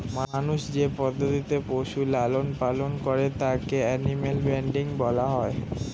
মানুষ যে পদ্ধতিতে পশুর লালন পালন করে তাকে অ্যানিমাল ব্রীডিং বলা হয়